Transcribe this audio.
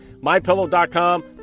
MyPillow.com